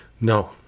No